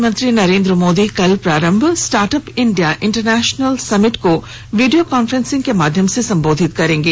प्रधानमंत्री नरेंद्र मोदी कल प्रारम्भ स्टार्टअप इंण्डिया इंटरनेशनल समिट को वीडियो काफ्रेन्सिंग के माध्यम से संबोधित करेंगे